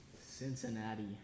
Cincinnati